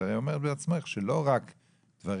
את בעצמך אומרת.